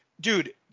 Dude